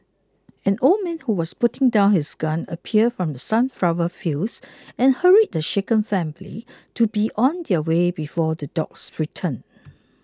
an old man who was putting down his gun appeared from the sunflower fields and hurried the shaken family to be on their way before the dogs return